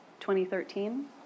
2013